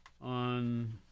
on